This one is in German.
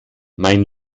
mein